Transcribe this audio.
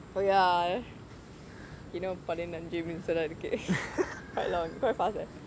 oh ya இன்னும் பதினைந்து நிமிடங்கள் தான் இருக்கு:innum pathinenju nimisham thaan irrukku quite long quite fast eh